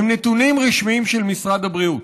הם נתונים רשמיים של משרד הבריאות.